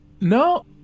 No